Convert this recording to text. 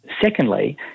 Secondly